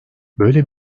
böyle